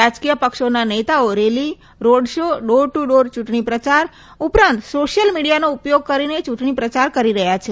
રાજકીય પક્ષોન નેતાઓ rally road show door to door ચૂંટણી પ્રચા ઉપરાંત સોશિયલ મીડિયાનો ઉપયોગ કરીને યૂંટણી પ્રચા કરી રહ્યા છે